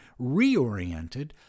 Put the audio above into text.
reoriented